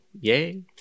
Yay